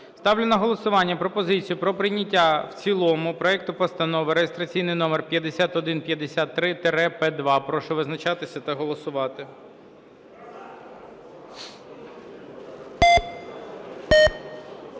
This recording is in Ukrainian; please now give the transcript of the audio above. Ставлю на голосування пропозицію про прийняття в цілому проекту Постанови реєстраційний номер 5153-П2. Прошу визначатися та голосувати.